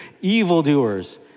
evildoers